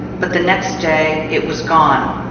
but the next day it was gone,